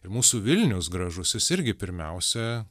ir mūsų vilnius gražusis irgi pirmiausia